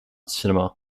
cinema